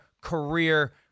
career